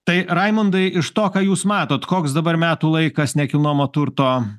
tai raimundai iš to ką jūs matot koks dabar metų laikas nekilnojamo turto